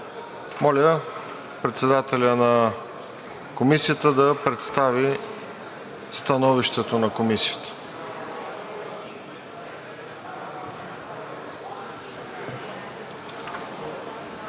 Моля, председателят на Комисията да представи становището на Комисията.